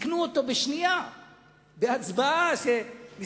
תיקנו אותו בהצבעה בשנייה.